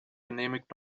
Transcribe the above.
genehmigt